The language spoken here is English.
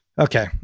Okay